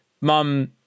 mum